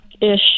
Ish